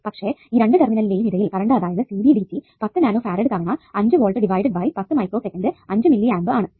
പക്ഷെ ഈ രണ്ടു ടെർമിനലിന്റെയും ഇടയിൽ കറണ്ട് അതായത് C dv dt 10 nano farad തവണ 5 volt divided by 10 micro second 5 milli amp ആണ്